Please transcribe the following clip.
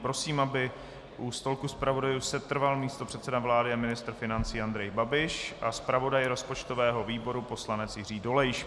Prosím, aby u stolku zpravodajů setrval místopředseda vlády a ministr financí Andrej Babiš a zpravodaj rozpočtového výboru poslanec Jiří Dolejš.